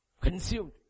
Consumed